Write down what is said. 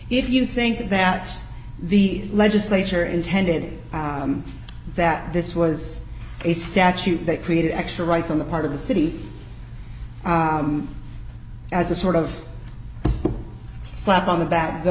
if you think that the legislature intended that this was a statute that created extra rights on the part of the city as a sort of slap on the back good